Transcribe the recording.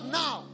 now